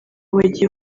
bagiye